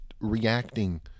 reacting